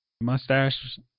Mustache